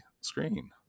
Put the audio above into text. screen